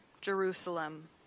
Jerusalem